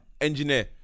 engineer